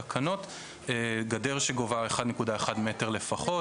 למשל גדר שגובהה 1.1 מטר לפחות.